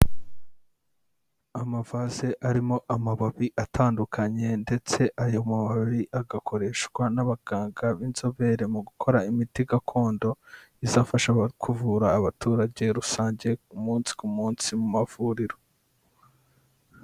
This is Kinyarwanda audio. Amavase arimo amababi atandukanye ndetse ayo mababi agakoreshwa n'abaganga b'inzobere mu gukora imiti gakondo izafasha kuvura abaturage rusange umunsi ku munsi mu mavuriro.